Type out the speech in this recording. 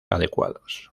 adecuados